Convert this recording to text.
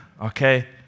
okay